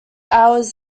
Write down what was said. hours